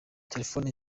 telefone